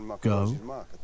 go